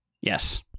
Yes